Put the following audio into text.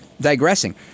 digressing